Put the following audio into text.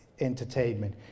entertainment